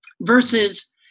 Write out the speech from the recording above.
versus